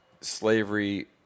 slavery